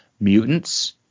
mutants